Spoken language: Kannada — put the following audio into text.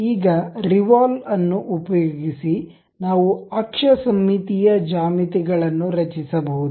ಈಗ ರಿವಾಲ್ವ್ ಅನ್ನು ಉಪಯೋಗಿಸಿ ನಾವು ಅಕ್ಷ ಸಮ್ಮಿತೀಯ ಜ್ಯಾಮಿತಿ ಗಳನ್ನು ರಚಿಸಬಹುದು